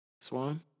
Swan